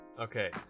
Okay